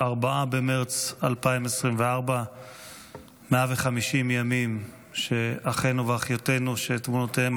4 במרץ 2024. 150 ימים שאחינו ואחיותינו שתמונותיהם